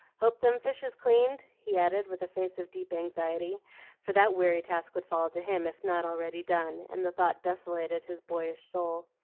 hope them fish is cleaned? he added with a face of deep anxiety for that weary task would fall to him if not already done, and the thought desolated his boyish soul.